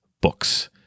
books